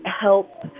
help